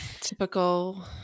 Typical